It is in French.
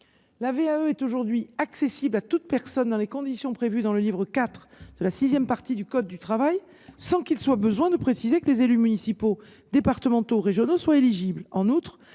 La VAE est aujourd’hui accessible à toute personne dans les conditions prévues dans le livre IV de la sixième partie du code du travail, sans qu’il soit besoin de préciser que les élus municipaux, départementaux ou régionaux sont éligibles.